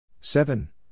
Seven